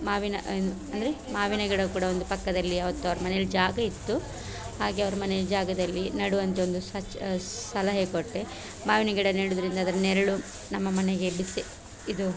ಮಾವಿನ ಅಂದರೆ ಮಾವಿನ ಗಿಡ ಕೂಡ ಒಂದು ಪಕ್ಕದಲ್ಲಿ ಆವತ್ತು ಅವ್ರ ಮನೇಲಿ ಜಾಗ ಇತ್ತು ಹಾಗೆ ಅವ್ರ ಮನೆಯ ಜಾಗದಲ್ಲಿ ನೆಡುವಂತೆ ಒಂದು ಸಚ್ ಸಲಹೆ ಕೊಟ್ಟೆ ಮಾವಿನ ಗಿಡ ನೆಡುವುದ್ರಿಂದ ಅದರ ನೆರಳು ನಮ್ಮ ಮನೆಗೆ ಬಿಸಿ ಇದು